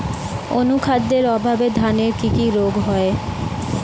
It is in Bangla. অনুখাদ্যের অভাবে ধানের কি কি রোগ হয়?